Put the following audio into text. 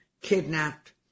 kidnapped